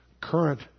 current